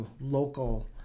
local